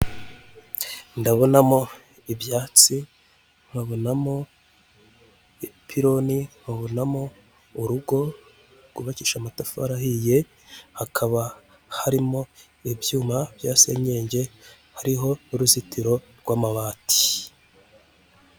Ndabonamo ibyatsi, nkabonamo ipironi, nkabonamo urugo rwubakisha amatafari ahiye, hakaba harimo ibyuma bya senyenge hariho uruzitiro rw'amabati.